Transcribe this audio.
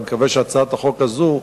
אני מקווה שהצעת החוק הזאת,